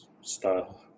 style